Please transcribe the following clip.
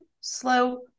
slow